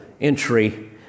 entry